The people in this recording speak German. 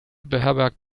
beherbergt